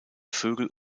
vögel